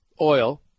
oil